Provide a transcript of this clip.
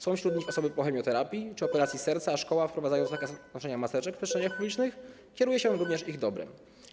Są wśród nich osoby po chemioterapii czy operacji serca, a szkoła, wprowadzając nakaz noszenia maseczek w przestrzeniach publicznych, kieruje się również ich dobrem.